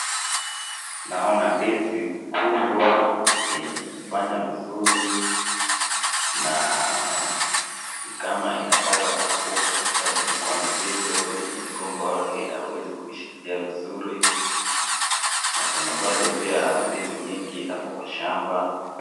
Naona ndizi kubwa yenye imefanya vizuri na ni kama inataka kuanguka kwa sababu imekuwa mzito yenye mgomba wake haiwezi kushikilia vizuri na kuna bado pia mandizi mingi hapo kwa shamba.